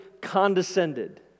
condescended